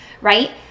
right